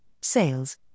sales